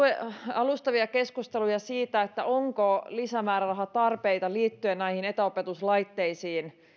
alustavia keskusteluja siitä onko lisämäärärahatarpeita liittyen esimerkiksi näihin etäopetuslaitteisiin